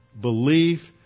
belief